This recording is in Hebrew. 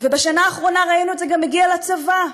ובשנה האחרונה ראינו את זה גם מגיע לצבא,